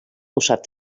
usat